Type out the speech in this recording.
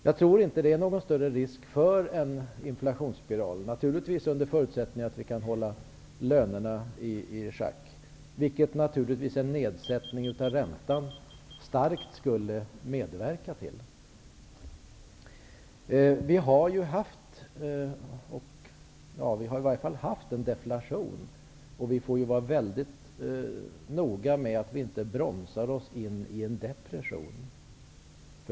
Jag tror inte att det är någon större risk för en inflationsspiral, under förutsättning att vi kan hålla lönerna i schack, vilket naturligtvis en nedsättning av räntan starkt skulle medverka till. Vi har i varje fall haft en deflation. Vi får vara mycket noga med att vi inte bromsar oss in i en depression.